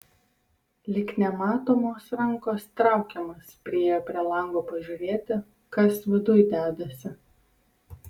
lyg nematomos rankos traukiamas priėjo prie lango pažiūrėti kas viduj dedasi